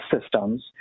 systems